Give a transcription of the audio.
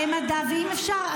ואם אפשר,